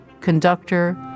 conductor